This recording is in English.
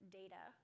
data